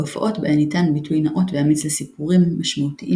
בהופעות בהן ניתן ביטוי נאות ואמיץ לסיפורים משמעותיים